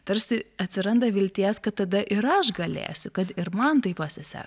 tarsi atsiranda vilties kad tada ir aš galėsiu kad ir man taip pasiseks